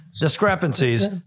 Discrepancies